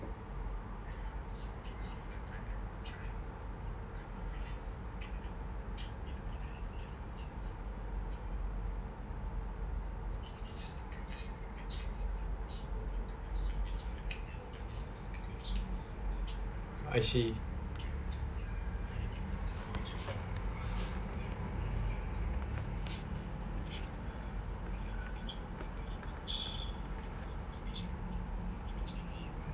I see